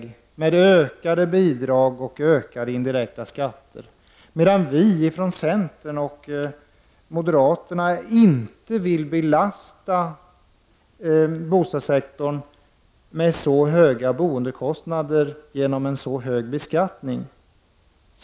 Den innebär ökade bidrag och ökade indirekta skatter, medan vi från centern och moderaterna inte vill belasta bostadssektorn med så höga boendekostnader genom en så hög beskattning.